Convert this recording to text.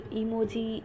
emoji